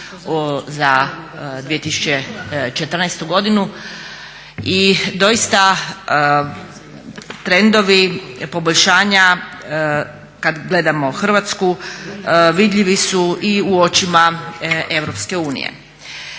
za 2014.godinu i doista trendovi poboljšanja kad gledamo Hrvatsku vidljivi su i u očima EU.